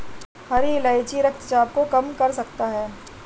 हरी इलायची रक्तचाप को कम कर सकता है